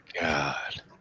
God